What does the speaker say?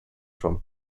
from